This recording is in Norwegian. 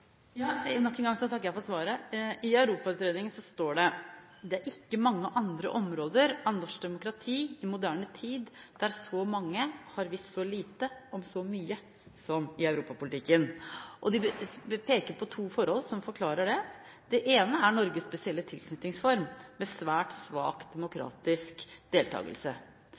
Nok en gang takker jeg for svaret. I Europautredningen står det: «Det er ikke mange andre områder av norsk demokrati i moderne tid der så mange har visst så lite om så mye som i europapolitikken.» En peker på to forhold som forklarer det. Det ene er Norges spesielle tilknytningsform med svært svak demokratisk deltakelse.